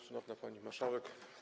Szanowna Pani Marszałek!